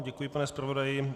Děkuji, pane zpravodaji.